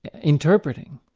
interpreting,